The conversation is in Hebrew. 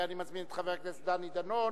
ואני מזמין את חבר הכנסת דני דנון,